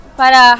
para